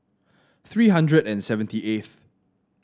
three hundred and seventy eighth